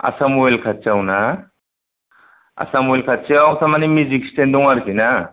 आसाम अइल खाथियावना आसाम अइल खाथियाव थारमाने मेजिक स्टेन्द दं आरोखि ना